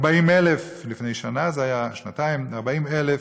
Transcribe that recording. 40,000 לפני שנה זה היה, שנתיים, 40,000